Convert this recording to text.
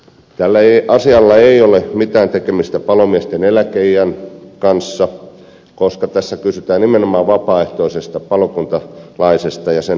tällä asialla ei ole mitään tekemistä palomiesten eläkeiän kanssa koska tässä kyse on nimenomaan vapaaehtoisesta palokuntalaisesta ja hänen hälytyskorvauksestaan